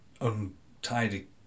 untidy